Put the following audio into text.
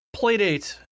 playdate